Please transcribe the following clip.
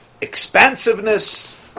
expansiveness